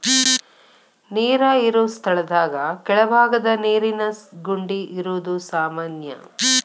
ನೇರ ಇರು ಸ್ಥಳದಾಗ ಕೆಳಬಾಗದ ನೇರಿನ ಗುಂಡಿ ಇರುದು ಸಾಮಾನ್ಯಾ